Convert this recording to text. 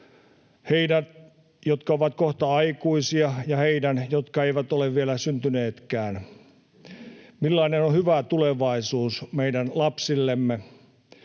heidän, jotka ovat kohta aikuisia, ja heidän, jotka eivät ole vielä syntyneetkään: millainen on hyvä tulevaisuus meidän lapsillemme?